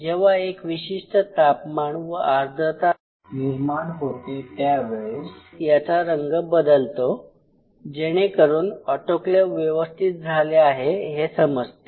जेव्हा एक विशिष्ट तापमान व आर्द्रता निर्माण होते त्यावेळेस याचा रंग बदलतो जेणेकरून ऑटोक्लेव व्यवस्थित झाले आहे हे समजते